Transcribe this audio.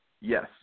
Yes